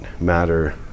matter